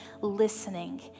listening